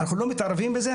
אנחנו לא מערבים בזה.